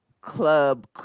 club